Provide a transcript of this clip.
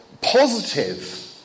positive